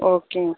ஓகேங்க